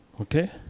Okay